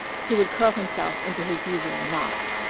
he would curl himself into his usual knots.